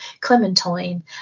Clementine